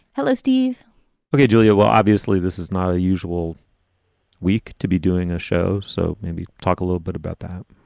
hello, steve ok, julia. well, obviously, this is not a usual week to be doing a show, so maybe talk a little bit about that